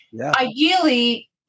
Ideally